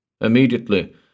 Immediately